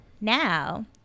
now